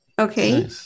okay